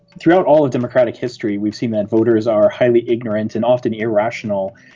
throughout all of democratic history we see that voters are highly ignorant and often irrational.